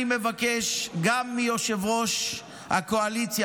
אני מבקש גם מיושב-ראש הקואליציה,